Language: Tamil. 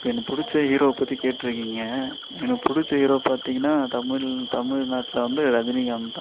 இப்போ எனக்கு பிடிச்ச ஹீரோவை பற்றி கேட்டிருக்குறீங்க எனக்கு பிடிச்ச ஹீரோ பார்த்தீங்கன்னா தமிழ் தமிழ்நாட்டில் வந்து ரஜினிகாந்த் தான்